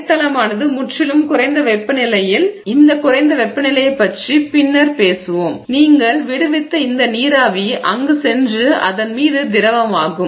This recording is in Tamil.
அடித்தளமானது முற்றிலும் குறைந்த வெப்பநிலையில் இந்த குறைந்த வெப்பநிலையைப் பற்றி பின்னர் பேசுவோம் இருந்தால் நீங்கள் விடுவித்த இந்த நீராவி அங்கு சென்று அதன் மீது திரவமாகும்